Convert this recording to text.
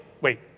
wait